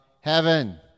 heaven